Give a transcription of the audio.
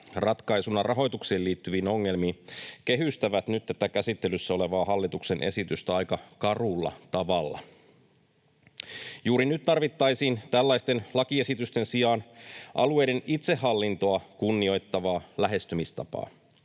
ratkaisuna rahoitukseen liittyviin ongelmiin kehystävät nyt tätä käsittelyssä olevaa hallituksen esitystä aika karulla tavalla. Juuri nyt tarvittaisiin tällaisten lakiesitysten sijaan alueiden itsehallintoa kunnioittavaa lähestymistapaa,